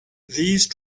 these